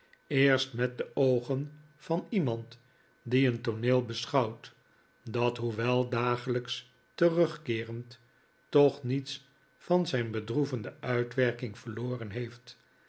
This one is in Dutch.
eerst met de oogen van iemand die een tooneel beschouwt dat hoewel dagelijks terugkeerend toch niets van zijn bedroevende uitwerking verloren heeft